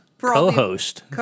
co-host